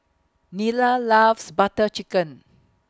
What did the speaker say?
Nila loves Butter Chicken